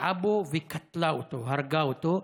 פגעה בו וקטלה אותו, הרגה אותו.